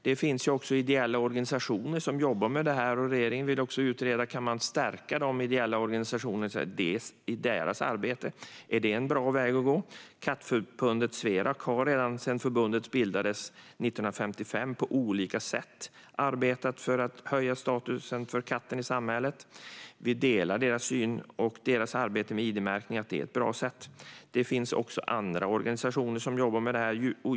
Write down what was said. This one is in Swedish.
Det finns ideella organisationer som jobbar med detta, och regeringen vill utreda om man kan stärka dessa ideella organisationer i deras arbete. Är det en bra väg att gå? Kattförbundet Sverak har sedan förbundet bildades 1955 på olika sätt arbetat för att höja kattens status i samhället. Vi delar synen på att deras arbete med id-märkning är ett bra sätt. Det finns också andra organisationer som jobbar med detta.